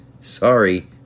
Sorry